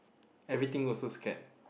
everything also scared